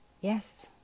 Yes